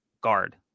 guard